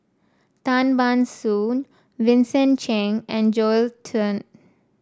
Tan Ban Soon Vincent Cheng and Joel Tan